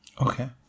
Okay